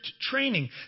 training